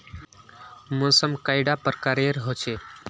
मौसम कैडा प्रकारेर होचे?